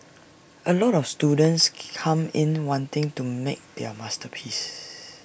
A lot of students come in wanting to make their masterpiece